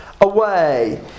away